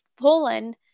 Poland